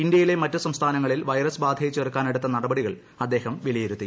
ഇന്ത്യയിലെ മറ്റു സംസ്ഥാനങ്ങളിൽ വൈറസ് ബാധയെ ചെറുക്കാനെടുത്ത നടപടികൾ അദ്ദേഹം വിലയിരുത്തി